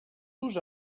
los